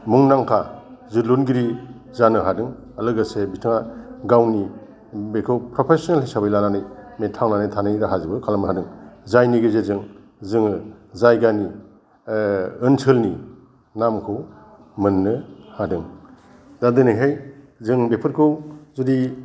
मुंदांखा जोलुरगिरि जानो हादों लोगोसे बिथाङा गावनि बेखौ प्रफेशनेल हिसाबै लानानै बे थांनानै थानाय राहाजोंबो खालामनो हादों जायनि गेजेरजों जोङो जायगानि ओनसोलनि नामखौ मोननो हादों दा दिनैहाय जों बेफोरखौ जुदि